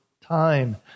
Time